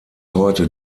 heute